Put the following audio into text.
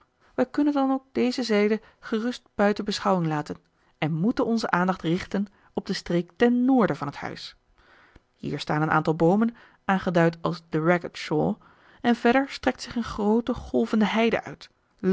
wij kunnen dan ook deze zijde gerust buiten beschouwing laten en moeten onze aandacht richten op de streek ten noorden van het huis hier staan een aantal boomen aangeduid als de ragged shaw en verder strekt zich een groote golvende heide uit